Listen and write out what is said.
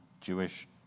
Jewish